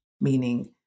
meaning